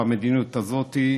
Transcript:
במדיניות הזאת,